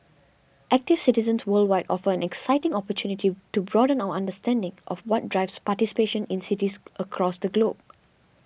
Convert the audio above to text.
active citizens worldwide offers an exciting opportunity to broaden our understanding of what drives participation in cities across the globe